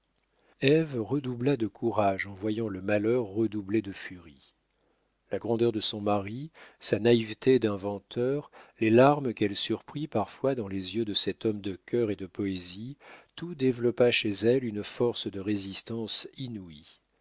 ève redoubla de courage en voyant le malheur redoubler de furie la grandeur de son mari sa naïveté d'inventeur les larmes qu'elle surprit parfois dans les yeux de cet homme de cœur et de poésie tout développa chez elle une force de résistance inouïe